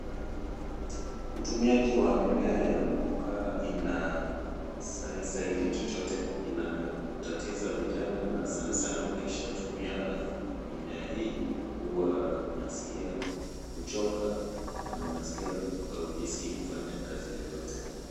Utumiaji wa mimea ya muguka haisaidii chochote inatatiza vijana na sana sana ukishatumia mimea hii, huwa unaskia kuchoka na haujiskii kufanya kazi yoyote.